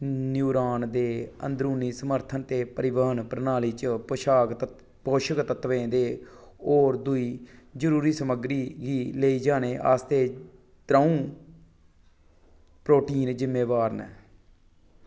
neuron दे अंदरूनी समर्थन ते परिवहन प्रणाली च पोशाक तत पोशक तत्वें ते होर दूई जरूरी समग्गरी गी लेई जाने आस्तै त्र'ऊं प्रोटीन ज़िम्मेवार न